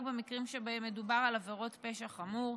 במקרים שבהם מדובר על עבירות פשע חמור,